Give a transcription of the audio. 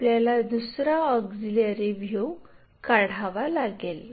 आपल्याला दुसरा auxiliary view काढावा लागेल